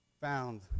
found